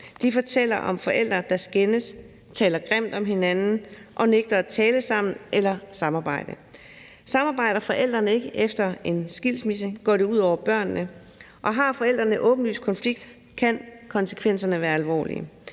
De fortæller om forældre, der skændes, taler grimt om hinanden og nægter at tale sammen eller samarbejde. Samarbejder forældrene ikke efter en skilsmisse, går det ud over børnene, og har forældrene åbenlyst en konflikt kan konsekvenserne være alvorlige.